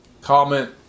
comment